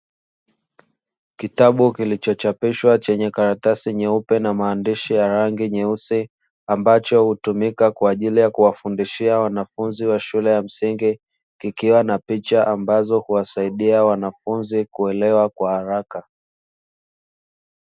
Kitabu kilichochapishwa chenye karatasi nyeupe na maandishi ya rangi nyeusi, ambacho hutumika kwa ajili ya kuwafundishia wanafunzi wa shule za msingi, kikiwa na picha ambazo huwasaidia wanafunzi kuelewa kwa haraka.